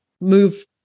move